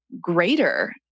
greater